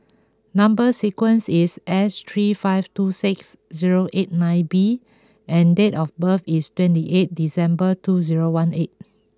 number sequence is S three five two six zero eight nine B and date of birth is twenty eight December two zero one eight